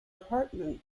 apartment